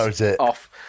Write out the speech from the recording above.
off